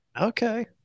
Okay